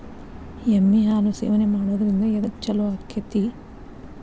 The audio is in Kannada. ಎಮ್ಮಿ ಹಾಲು ಸೇವನೆ ಮಾಡೋದ್ರಿಂದ ಎದ್ಕ ಛಲೋ ಆಕ್ಕೆತಿ?